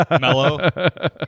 mellow